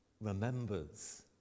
remembers